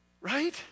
Right